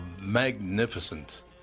magnificent